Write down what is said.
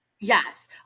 yes